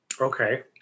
Okay